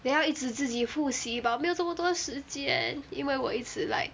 then 要一直自己复习 but 我没有这么多时间因为我一直 like